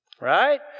right